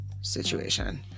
situation